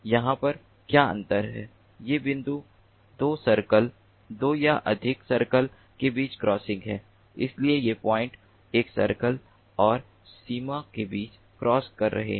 यहाँ पर क्या अंतर है ये बिंदु दो सर्कल दो या अधिक सर्कल के बीच क्रॉसिंग हैं जबकि ये पॉइंट एक सर्कल और सीमा के बीच क्रॉस कर रहे हैं